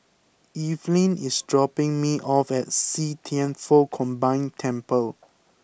Evelyn is dropping me off at See Thian Foh Combined Temple